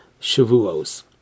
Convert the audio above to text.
Shavuos